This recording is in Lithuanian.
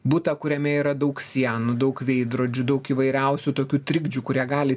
butą kuriame yra daug sienų daug veidrodžių daug įvairiausių tokių trikdžių kurie gali